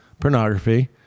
pornography